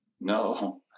no